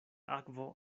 akvo